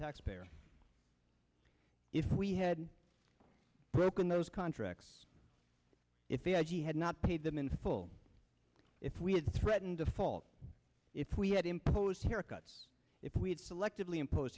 taxpayer if we had broken those contracts if the i g had not paid them in full if we had threaten default if we had imposed haircuts if we had selectively impose